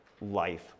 life